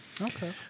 Okay